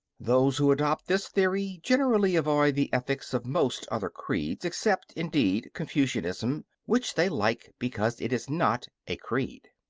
those who adopt this theory generally avoid the ethics of most other creeds, except, indeed, confucianism, which they like because it is not a creed.